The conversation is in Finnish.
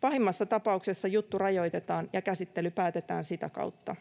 Pahimmassa tapauksessa juttu rajoitetaan ja käsittely päätetään sitä kautta.